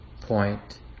point